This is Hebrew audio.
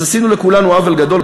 אז עשינו לכולנו עוול גדול,